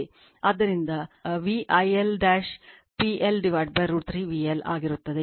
ಆದ್ದರಿಂದ v I L PL √ 3 VL ಆಗಿರುತ್ತದೆ